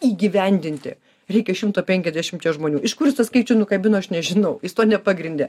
įgyvendinti reikia šimto penkiasdešim čia žmonių iš kuris jis tą skaičių nukabino aš nežinau jis to nepagrindė